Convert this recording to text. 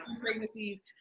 pregnancies